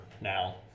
now